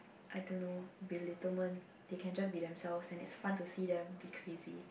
I don't know belittlement they can just be themselves and it's fun to see them be crazy